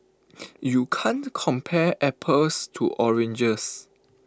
you can't compare apples to oranges